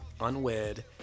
unwed